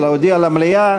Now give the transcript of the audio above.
אלא הודיע למליאה,